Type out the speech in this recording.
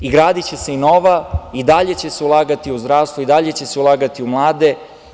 Gradiće se i nova, i dalje će se ulagati u zdravstvo, i dalje će se ulagati u mlade.